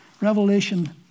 Revelation